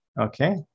Okay